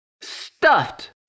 stuffed